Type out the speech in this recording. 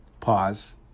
pause